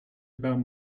about